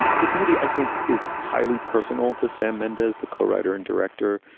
and this movie, i think, is highly personal to sam mendez, the co-writer and director,